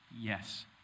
Yes